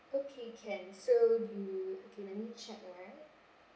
okay can so do you okay let me check